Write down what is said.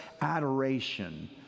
adoration